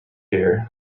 here